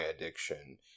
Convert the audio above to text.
addiction